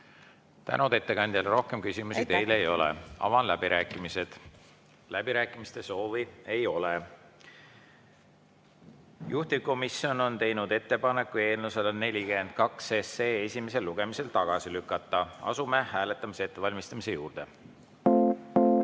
Tänud ettekandjale! Rohkem küsimusi teile ei ole. Avan läbirääkimised. Läbirääkimiste soovi ei ole. Juhtivkomisjon on teinud ettepaneku eelnõu 142 esimesel lugemisel tagasi lükata. Asume hääletamise ettevalmistamise juurde.